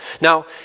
Now